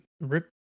Rip